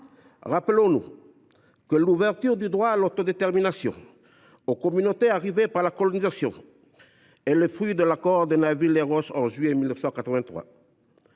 Souvenons nous que l’ouverture du droit à l’autodétermination aux communautés arrivées par la colonisation est le fruit de l’accord de Nainville les Roches en juillet 1983.